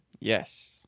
Yes